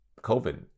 COVID